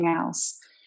else